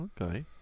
okay